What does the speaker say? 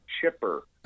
chipper